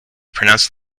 pronounced